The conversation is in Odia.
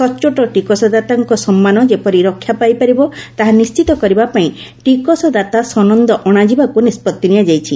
ସଚ୍ଚୋଟ ଟିକସଦାତାଙ୍କ ସମ୍ମାନ ଯେପରି ରକ୍ଷା ପାଇପାରିବ ତାହା ନିଶ୍ଚିତ କରିବା ପାଇଁ ଟିକସଦାତା ସନନ୍ଦ ଅଣାଯିବାକୁ ନିଷ୍ପଭି ନିଆଯାଇଛି